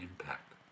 impact